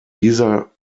dieser